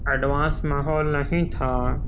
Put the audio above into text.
advance ماحول نہیں تھا